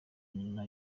inyuma